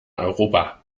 europa